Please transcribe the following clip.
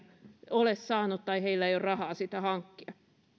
ole saanut tai heillä ei ole rahaa sitä hankkia